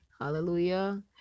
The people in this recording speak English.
Hallelujah